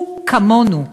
הוא כמונו.